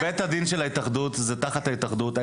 בית הדין של ההתאחדות זה תחת ההתאחדות.